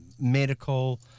medical